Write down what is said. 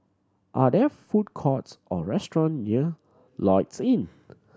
are there food courts or restaurant near Lloyds Inn